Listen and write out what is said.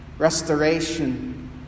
Restoration